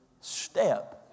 step